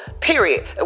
period